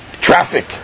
traffic